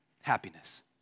happiness